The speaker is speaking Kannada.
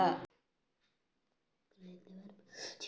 ನಾನು ನೇರವಾಗಿ ಹಣ ಸಾಲ ಕಟ್ಟುತ್ತೇನೆ ಆಗಬಹುದ?